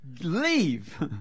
leave